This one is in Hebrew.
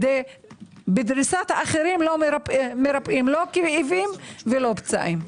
בדריסת האחרים לא מרפאים לא כאבים ולא פצעים.